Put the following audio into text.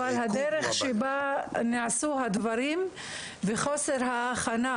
אבל הדרך שבה נעשו הדברים וחוסר ההכנסה,